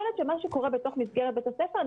יכול להיות שמה שקורה בתוך מסגרת בית הספר,